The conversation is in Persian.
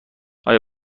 آیا